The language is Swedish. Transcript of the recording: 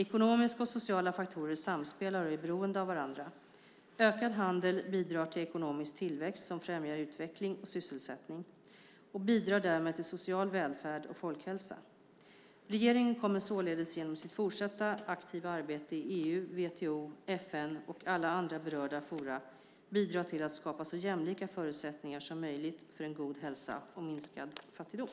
Ekonomiska och sociala faktorer samspelar och är beroende av varandra: Ökad handel bidrar till ekonomisk tillväxt som främjar utveckling och sysselsättning och bidrar därmed till social välfärd och folkhälsa. Regeringen kommer således genom sitt fortsatta aktiva arbete i EU, WTO, FN och alla andra berörda forum att bidra till att skapa så jämlika förutsättningar som möjligt för en god folkhälsa och minskad fattigdom.